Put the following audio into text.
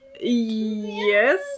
Yes